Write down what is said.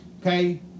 okay